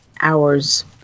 hours